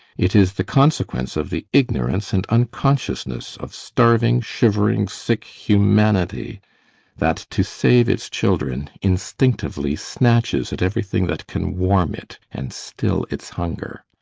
it is the consequence of the ignorance and unconsciousness of starving, shivering, sick humanity that, to save its children, instinctively snatches at everything that can warm it and still its hunger.